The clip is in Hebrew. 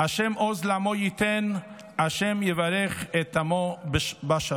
"ה' עוז לעמו יתן, ה' יברך את עמו בשלום".